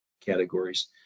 categories